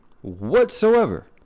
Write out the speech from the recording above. whatsoever